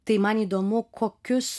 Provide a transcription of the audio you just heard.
tai man įdomu kokius